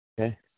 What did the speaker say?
okay